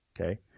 Okay